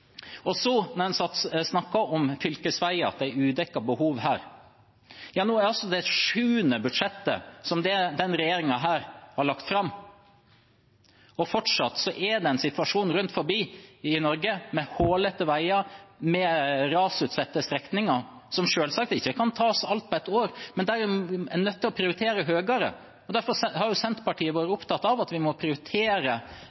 Når en snakker om fylkesveier og at det er udekkede behov: Nå er det altså det sjuende budsjettet denne regjeringen har lagt fram. Fortsatt er det en situasjon rundt i Norge med hullete veier og med rasutsatte strekninger. Selvsagt kan ikke alt tas på ett år, men en er nødt til å prioritere det høyere. Derfor har Senterpartiet vært